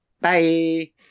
Bye